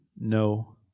No